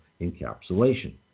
encapsulation